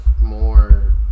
more